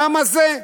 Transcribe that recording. בעם הזה?